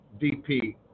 DP